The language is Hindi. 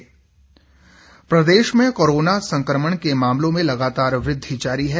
हिमाचल कोरोना प्रदेश में कोरोना संकमण के मामलों में लगातार वृद्धि जारी है